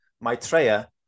Maitreya